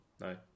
No